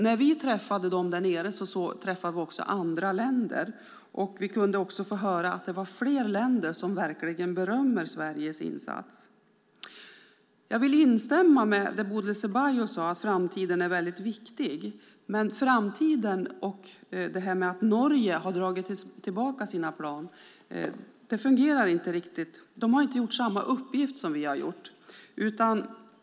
När vi träffade dem träffade vi också personer från andra länder, och vi kunde höra att fler länder verkligen berömmer Sveriges insats. Jag vill instämma med Bodil Ceballos i att framtiden är väldigt viktig. Norge har dragit tillbaka sina plan, men de har inte haft samma uppgift som vi.